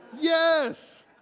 Yes